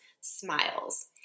smiles